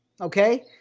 Okay